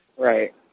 Right